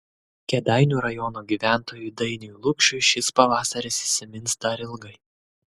kėdainių rajono gyventojui dainiui lukšiui šis pavasaris įsimins dar ilgai